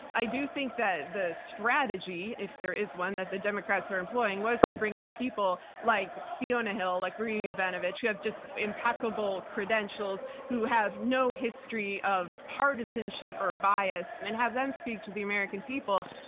i do think that the strategy, if there is one that the democrats are employing, was to bring out people like fiona hill, like marie yovanovitch who have just impeccable credentials, who have no history of partisanship or bias, and have them speak to the american people.